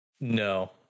No